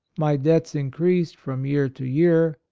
my debts increased from year to year,